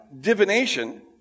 divination